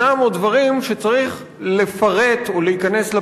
אם אתה היית עכשיו באופוזיציה,